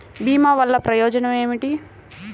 భీమ వల్లన ప్రయోజనం ఏమిటి?